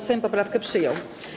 Sejm poprawkę przyjął.